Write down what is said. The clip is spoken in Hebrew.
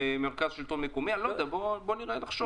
בואו נחשוב.